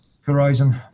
horizon